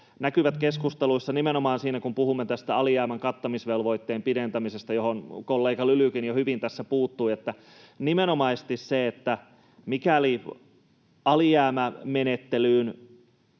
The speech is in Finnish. näkyvät keskusteluissa nimenomaan siinä, kun puhumme tästä alijäämän kattamisvelvoitteen pidentämisestä, johon kollega Lylykin jo hyvin tässä puuttui, että alijäämämenettely